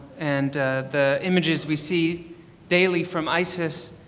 and the images we see daily from isis.